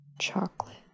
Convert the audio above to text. chocolate